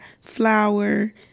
flour